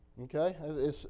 Okay